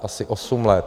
Asi osm let.